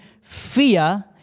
fear